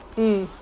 mm